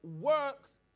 works